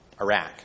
Iraq